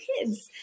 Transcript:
kids